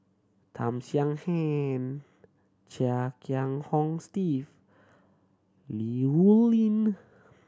Tham Sien Chia Kiah Hong Steve Li Rulin